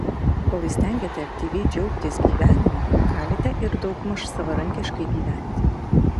kol įstengiate aktyviai džiaugtis gyvenimu galite ir daugmaž savarankiškai gyventi